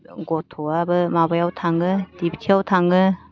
गथ'आबो माबायाव थाङो दिउथियाव थाङो